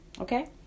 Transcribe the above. okay